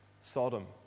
Sodom